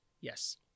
Yes